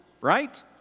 right